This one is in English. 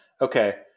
Okay